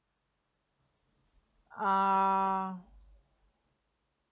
err